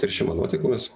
teršimą nuotekomis